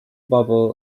bobl